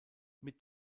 mit